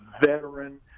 veteran